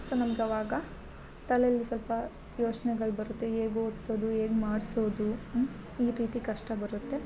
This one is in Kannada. ಸೊ ನಮ್ಗ ಅವಾಗ ತಲೇಲಿ ಸ್ವಲ್ಪ ಯೋಚ್ನೆಗಳು ಬರುತ್ತೆ ಹೇಗೆ ಓದ್ಸೋದು ಹೇಗೆ ಮಾಡ್ಸೋದು ಈ ರೀತಿ ಕಷ್ಟ ಬರುತ್ತೆ